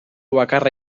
bakarra